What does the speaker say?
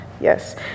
yes